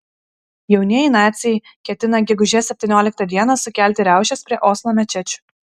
jaunieji naciai ketina gegužės septynioliktą dieną sukelti riaušes prie oslo mečečių